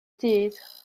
dydd